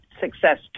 success